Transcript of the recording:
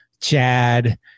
Chad